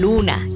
Luna